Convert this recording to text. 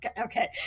okay